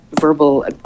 verbal